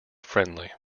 friendly